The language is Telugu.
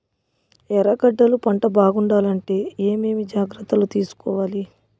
ఎర్రగడ్డలు పంట బాగుండాలంటే ఏమేమి జాగ్రత్తలు తీసుకొవాలి?